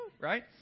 Right